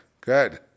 good